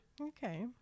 Okay